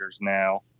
now